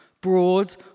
broad